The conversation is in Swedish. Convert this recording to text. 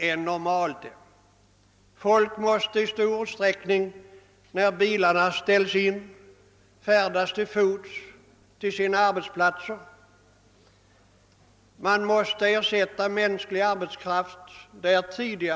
än normalt. När bilarna ställs in måste folk i stor utsträckning färdas till fots till sina arbetsplatser, och maskiner måste ersättas med mänsklig arbetskraft.